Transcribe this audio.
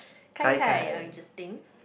gai-gai oh interesting